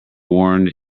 warned